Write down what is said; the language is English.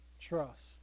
trust